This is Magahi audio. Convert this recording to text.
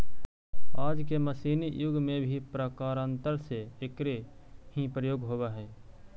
आज के मशीनी युग में भी प्रकारान्तर से एकरे ही प्रयोग होवऽ हई